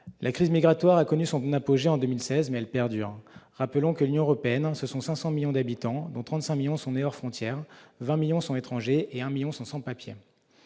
crise migratoire ? Elle a connu son apogée en 2016, mais elle perdure. Rappelons que l'Union européenne, ce sont 500 millions d'habitants, dont 35 millions sont nés à l'extérieur des frontières, 20 millions sont étrangers et 1 million sans papiers.